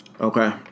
Okay